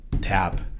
tap